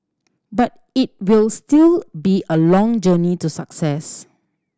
but it will still be a long journey to success